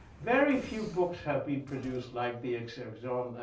very few books have been produced, like the excursions um